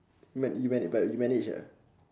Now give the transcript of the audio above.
man~ man~ but you managed ah